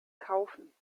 kaufen